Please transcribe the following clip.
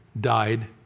died